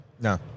No